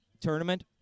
tournament